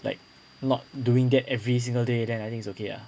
like not doing that every single day then I think it's okay ah